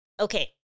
Okay